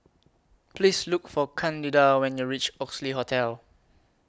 Please Look For Candida when YOU REACH Oxley Hotel